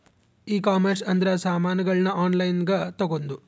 ಈ ಕಾಮರ್ಸ್ ಅಂದ್ರ ಸಾಮಾನಗಳ್ನ ಆನ್ಲೈನ್ ಗ ತಗೊಂದು